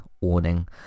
warning